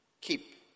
keep